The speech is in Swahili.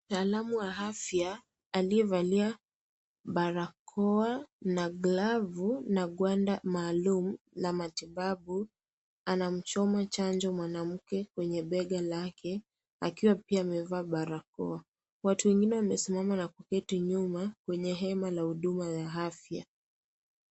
Mtaalamu wa afya aliyevalia barakoa na glavu na guanda maalum la matibabu anamchoma chanjo mwanamke kwenye bega lake akiwa pia amevaa barakoa watu wengine wamesimama na kuketi nyuma kwenye hema la huduma ya afya.